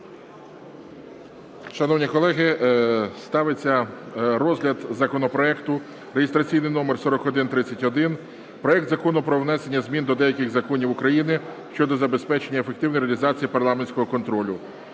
Шановні колеги, ставиться розгляд законопроекту реєстраційний номер 4131: проект Закону про внесення змін до деяких законів України щодо забезпечення ефективної реалізації парламентського контролю.